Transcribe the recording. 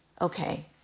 Okay